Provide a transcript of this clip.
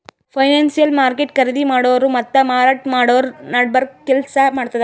financial market ಖರೀದಿ ಮಾಡೋರ್ ಮತ್ತ್ ಮಾರಾಟ್ ಮಾಡೋರ್ ನಡಬರ್ಕ್ ಕೆಲ್ಸ್ ಮಾಡ್ತದ್